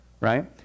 right